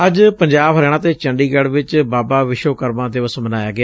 ਅੱਜ ਪੰਜਾਬ ਹਰਿਆਣਾ ਤੇ ਚੰਡੀਗੜ੍ ਚ ਬਾਬਾ ਵਿਸ਼ਵ ਕਰਮਾ ਦਿਵਸ ਮਨਾਇਆ ਗਿਆ